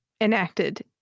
enacted